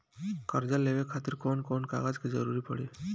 कर्जा लेवे खातिर कौन कौन कागज के जरूरी पड़ी?